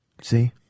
See